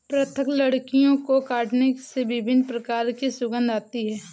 पृथक लकड़ियों को काटने से विभिन्न प्रकार की सुगंध आती है